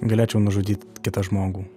galėčiau nužudyt kitą žmogų